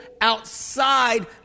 outside